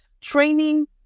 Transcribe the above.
Training